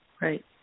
Right